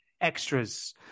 extras